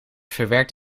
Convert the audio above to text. verwerkt